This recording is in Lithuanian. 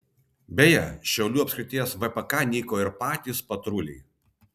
beje šiaulių apskrities vpk nyko ir patys patruliai